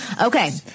Okay